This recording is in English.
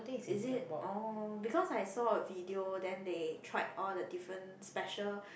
is it oh because I saw a video then they tried all the different special